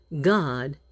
God